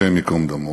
השם ייקום דמו.